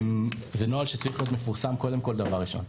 זה נוהל שצריך להיות מפורסם קודם כל דבר ראשון.